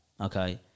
okay